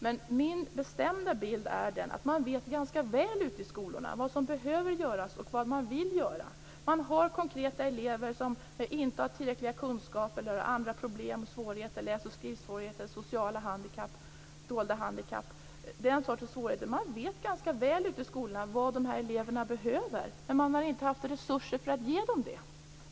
Men min bestämda bild är att man i skolorna vet ganska väl vad som behöver göras och vad man vill göra. Man har konkreta elever som inte har tillräckliga kunskaper eller som har andra problem och svårigheter, t.ex. läs och skrivsvårigheter, sociala handikapp, dolda handikapp eller den sortens svårigheter. Man vet ganska väl ute i skolorna vad dessa elever behöver. Men man har inte haft resurser för att ge dem det.